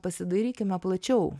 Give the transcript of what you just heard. pasidairykime plačiau